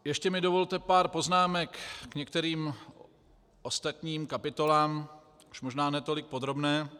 Ještě mi dovolte pár poznámek k některým ostatním kapitolám, už možná ne tolik podrobných.